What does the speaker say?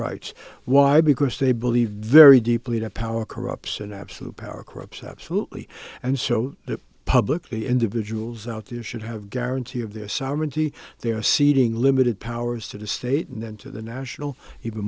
rights why because they believe very deeply that power corrupts and absolute power corrupts absolutely and so publicly individuals out there should have guarantee of their sovereignty they are ceding limited powers to the state and to the national even